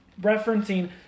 referencing